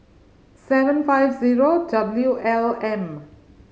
seven five zero W L M